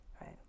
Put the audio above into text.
right